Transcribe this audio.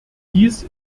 dies